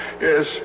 yes